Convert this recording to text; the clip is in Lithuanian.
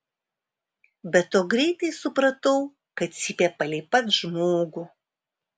be to greitai supratau kad cypia palei pat žmogų